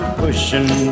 pushing